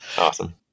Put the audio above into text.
Awesome